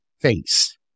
face